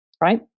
right